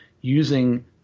using